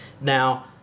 Now